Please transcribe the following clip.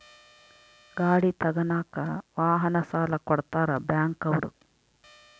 ಗಾಡಿ ತಗನಾಕ ವಾಹನ ಸಾಲ ಕೊಡ್ತಾರ ಬ್ಯಾಂಕ್ ಅವ್ರು